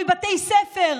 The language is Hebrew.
בתי ספר.